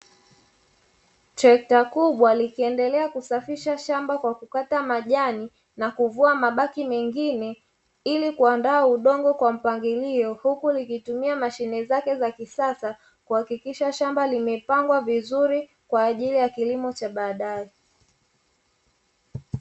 Trekta kubwa likiendelea kusafisha shamba kwa kukata majani na kuvua mabaki mengine ili kuandaa udongo kwa mpangilio, huku likitumia mashine zake za kisasa kuhakikisha shamba limepangwa vizuri, kwa ajili ya kilimo cha baadaye.